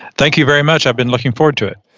thank you very much. i've been looking forward to it.